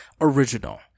original